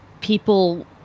people